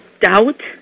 doubt